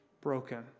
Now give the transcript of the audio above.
broken